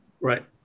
Right